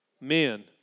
men